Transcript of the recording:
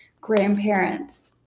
grandparents